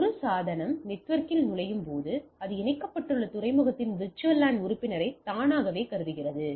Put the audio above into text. ஒரு சாதனம் நெட்வொர்க்கில் நுழையும் போது அது இணைக்கப்பட்டுள்ள துறைமுகத்தின் VLAN உறுப்பினரை தானாகவே கருதுகிறது